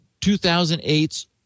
2008's